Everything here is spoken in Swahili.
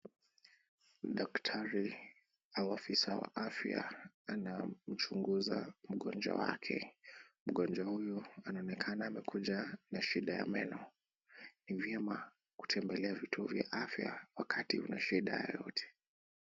Daktari na afisa wa afya anamchunguza mgonjwa wake. Mgonjwa huyu anaonekana amekuja na shida ya meno. Ni vyema kutembelea vituo vya afya wakati unashida yoyote.